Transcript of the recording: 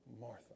Martha